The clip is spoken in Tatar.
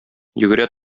йөгерә